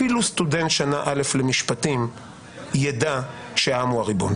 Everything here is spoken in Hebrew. אפילו סטודנט שנה א' למשפטים יידע שהעם הוא הריבון.